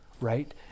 Right